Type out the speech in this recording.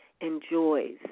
enjoys